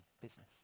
business